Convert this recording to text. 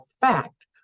fact